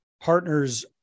partners